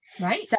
Right